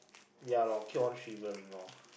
ya lor keep on shivering lor